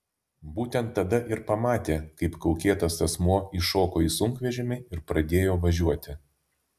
būtent tada ir pamatė kaip kaukėtas asmuo įšoko į sunkvežimį ir pradėjo važiuoti